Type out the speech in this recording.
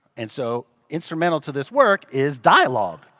and so, instrumental to this work is dialogue.